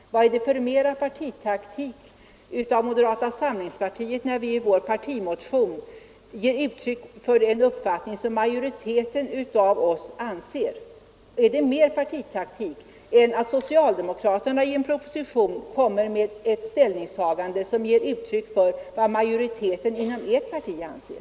Är det partitaktik av moderata samlingspartiet när vi i vår partimotion ger uttryck för vad majoriteten av oss anser? Är det mer partitaktiskt än när den socialdemokratiska regeringen i en proposition ger uttryck för vad majoriteten inom det socialdemokratiska partiet anser?